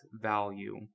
value